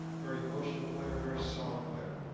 very emotional player. very solid player.